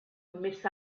miss